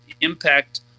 impact